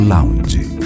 Lounge